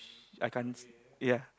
I can't say ya